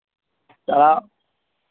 तऽ